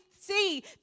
see